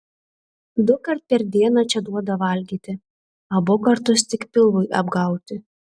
dukart per dieną čia duoda valgyti abu kartus tik pilvui apgauti